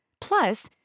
Plus